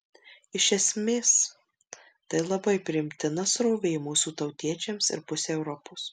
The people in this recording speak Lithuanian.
iš esmės tai labai priimtina srovė mūsų tautiečiams ir pusei europos